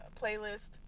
playlist